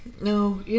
No